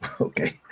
Okay